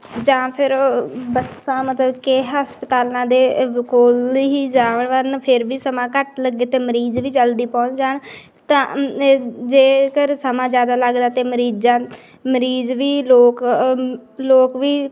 ਜਾਂ ਫਿਰ ਬੱਸਾਂ ਮਤਲਬ ਕੇ ਹਸਪਤਾਲਾਂ ਦੇ ਵ ਕੋਲ ਹੀ ਜਾਵਣ ਕਰਨ ਫਿਰ ਵੀ ਸਮਾਂ ਘੱਟ ਲੱਗੇ ਅਤੇ ਮਰੀਜ਼ ਵੀ ਜਲਦੀ ਪਹੁੰਚ ਜਾਣ ਤਾਂ ਜੇ ਕਰ ਸਮਾਂ ਜ਼ਿਆਦਾ ਲੱਗਦਾ ਅਤੇ ਮਰੀਜ਼ਾਂ ਮਰੀਜ਼ ਵੀ ਲੋਕ ਲੋਕ ਵੀ